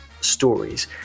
stories